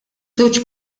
żewġ